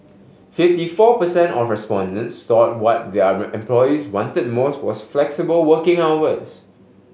fifty four per cent of respondents thought what their employees wanted most was flexible working hours